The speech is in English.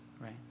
right